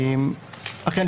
אכן,